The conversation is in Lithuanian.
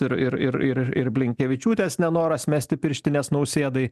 ir ir ir ir ir blinkevičiūtės nenoras mesti pirštinės nausėdai